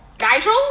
Nigel